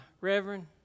Reverend